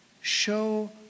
Show